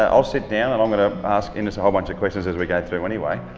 um i'll sit down and i'm going to ask innes a whole bunch of questions as we go through anyway,